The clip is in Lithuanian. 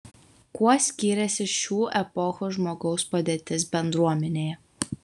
kuo skyrėsi šių epochų žmogaus padėtis bendruomenėje